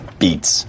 beats